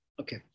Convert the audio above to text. okay